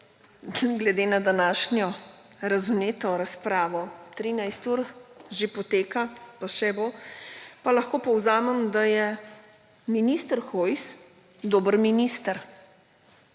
Glede na današnjo razvneto razpravo, 13 ur že poteka, pa še bo, pa lahko povzamem, da je minister Hojs dober minister.